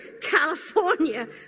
California